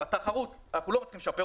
את התחרות אנחנו לא רוצים לשפר,